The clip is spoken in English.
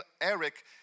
Eric